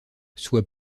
soit